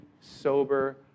sober